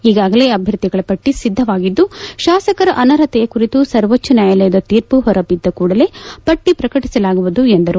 ಈಗಾಗಲೇ ಅಭ್ಯರ್ಥಿಗಳ ಪಟ್ಟ ಸಿದ್ಧವಾಗಿದ್ದು ಶಾಸಕರ ಅನರ್ಹತೆ ಕುರಿತು ಸರ್ವೋಚ್ಚ ನ್ಯಾಯಾಲಯದ ತೀರ್ಮ ಹೊರಬಿದ್ದ ಕೂಡಲೇ ಪಟ್ಟಿ ಪ್ರಕಟಿಸಲಾಗುವುದು ಎಂದರು